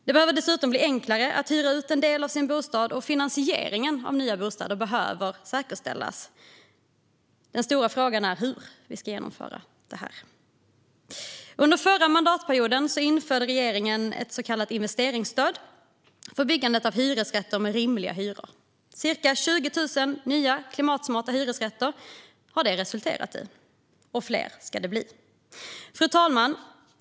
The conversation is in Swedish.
Det behöver dessutom bli enklare att hyra ut en del av sin bostad, och finansieringen av nya bostäder behöver säkerställas. Den stora frågan är hur vi ska genomföra detta. Under den förra mandatperioden införde regeringen ett så kallat investeringsstöd till byggandet av hyresrätter med rimliga hyror. Det har resulterat i ca 20 000 nya klimatsmarta hyresrätter, och fler ska det bli.